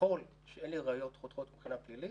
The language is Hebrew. וככל שאין לי ראיות חותכות מבחינה פלילית,